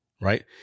right